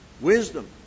Wisdom